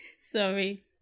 sorry